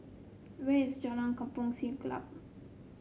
where is Jalan Kampong Siglap